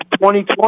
2020